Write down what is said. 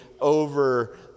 over